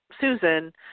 susan